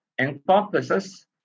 encompasses